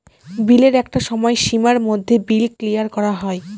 বিলের একটা সময় সীমার মধ্যে বিল ক্লিয়ার করা হয়